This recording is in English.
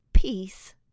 Peace